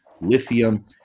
lithium